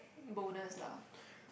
bonus lah